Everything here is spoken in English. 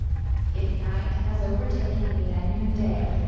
if night has overtaken me at noonday,